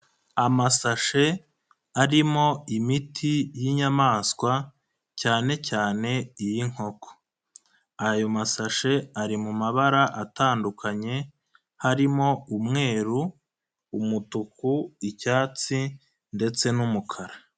Amasashe arimo imiti y'inyamaswa cyanecyane iy'inkoko, ayo masashe ari mu mabara atandukanye harimo umweru, umutuku, icyatsi, ndetse n'umukara.